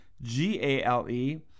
G-A-L-E